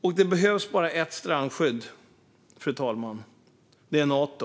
Och det behövs bara ett strandskydd, fru talman, och det är Nato.